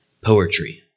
poetry